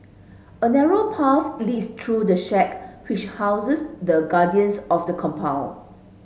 a narrow path leads through the shack which houses the guardians of the compound